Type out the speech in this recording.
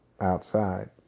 outside